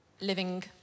living